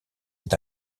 est